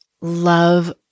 love